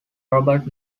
robert